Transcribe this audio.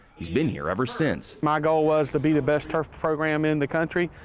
he's been here ever since. my goal was to be the best turf program in the country.